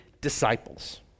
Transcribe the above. disciples